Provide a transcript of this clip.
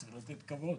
צריך לתת כבוד.